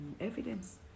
evidence